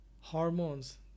hormones